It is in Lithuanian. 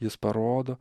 jis parodo